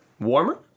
warmer